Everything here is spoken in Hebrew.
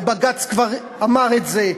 ובג"ץ כבר אמר את זה,